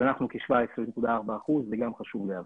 אז אנחנו כ-17.4%, זה גם חשוב להבהיר.